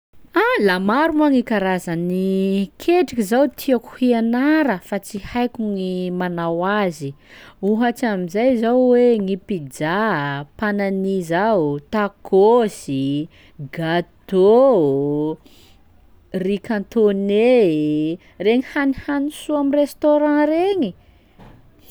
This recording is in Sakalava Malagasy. Ah, la maro moa gny karazan'ny ketriky zao tiako hianara fa tsy haiko gny manao azy, ohatsy am'izay zao hoe gny pizza, panani zao, tacos i, gâteau, riz cantonais, reny hanihany soa amy restaurant regny.